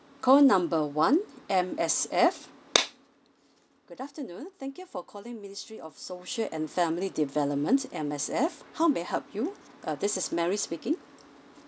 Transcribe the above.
call number one M_S_F good afternoon thank you for calling ministry of social and family development M_S_F how may I help you uh this is mary speaking